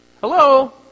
Hello